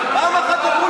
מה הקשר לשלום?